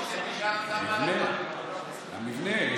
המבנה.